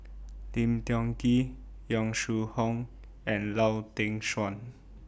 Lim Tiong Ghee Yong Shu Hoong and Lau Teng Chuan